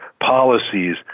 policies